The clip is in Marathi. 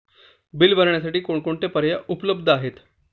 बिल भरण्यासाठी कोणकोणते पर्याय उपलब्ध आहेत?